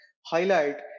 highlight